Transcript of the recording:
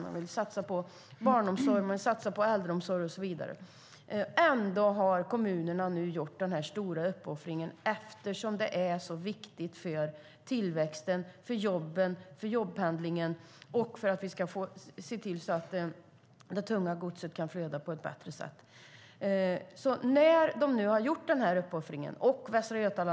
Man vill satsa på barnomsorg, äldreomsorg och så vidare. Ändå har kommunerna gjort denna stora uppoffring eftersom det är viktigt för tillväxten, jobben, jobbpendlingen och flödet av det tunga godset. Kommunerna och Västra Götaland har som sagt gjort denna uppoffring.